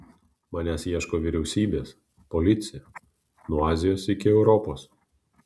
manęs ieško vyriausybės policija nuo azijos iki europos